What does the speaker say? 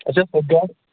اچھا ژٕ پیٛار